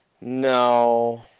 No